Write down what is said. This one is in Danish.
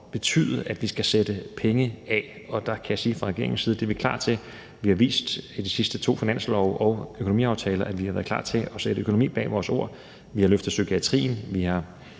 betyde, at vi skal sætte penge af. Og der kan jeg sige fra regeringens side: Det er vi klar til. Vi har vist i de sidste to finanslove og i økonomiaftaler, at vi har været klar til at sætte økonomi bag vores ord. Vi har løftet psykiatrien.